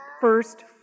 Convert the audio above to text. first